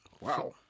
Wow